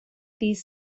ddydd